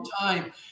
time